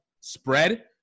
spread